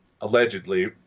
Allegedly